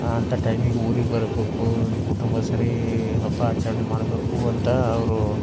ಅಂತ ಟೈಮಿಗೆ ಊರಿಗೆ ಬರಬೇಕು ಕುಟುಂಬ ಸರಿ ಹಬ್ಬ ಆಚರಣೆ ಮಾಡಬೇಕು ಅಂತ ಅವರು